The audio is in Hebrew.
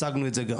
הצגנו את זה גם.